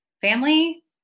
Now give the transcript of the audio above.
family